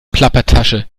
plappertasche